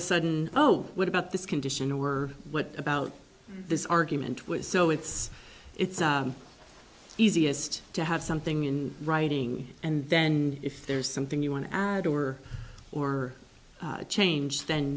e sudden oh what about this condition or what about this argument with so it's it's easiest to have something in writing and then if there's something you want to add or or change then